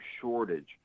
shortage